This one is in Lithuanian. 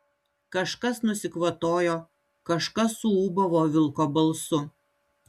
kažkas nusikvatojo kažkas suūbavo vilko balsu